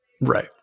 right